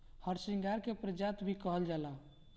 हरसिंगार के पारिजात भी कहल जाला